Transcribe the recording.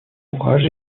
ouvrages